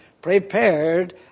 prepared